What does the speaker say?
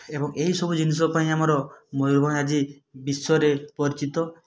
ଏବଂ ଏଇ ସବୁ ଜିନିଷ ପାଇଁ ଆମର ମୟୂରଭଞ୍ଜ ଆଜି ବିଶ୍ୱରେ ପରିଚିତ